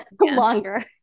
longer